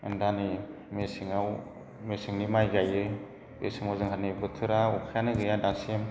दानि मेसेङाव मेसेंनि माइ गायो बे समाव जोंहा नै बोथोरा अखायानो गैया दासिम